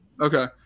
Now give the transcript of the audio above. Okay